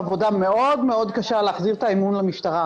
עבודה מאוד מאוד קשה להחזיר את האמון למשטרה,